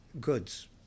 goods